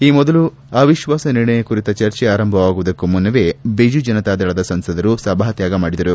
ಈ ಮೊದಲು ಅವಿತ್ವಾಸ ನಿರ್ಣಯ ಕುರಿತ ಚರ್ಚೆ ಆರಂಭವಾಗುವುದಕ್ಕೂ ಮುನ್ನವೇ ಬಿಜು ಜನತಾದಳದ ಸಂಸದರು ಸಭಾತ್ವಾಗ ಮಾಡಿದರು